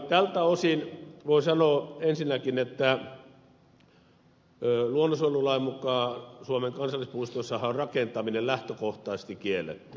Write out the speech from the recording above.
tältä osin voin sanoa ensinnäkin että luonnonsuojelulain mukaan suomen kansallispuistoissahan on rakentaminen lähtökohtaisesti kielletty